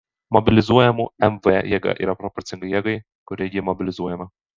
mobilizuojamų mv jėga yra proporcinga jėgai kuria ji mobilizuojama